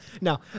No